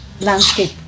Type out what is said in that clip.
landscape